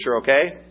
okay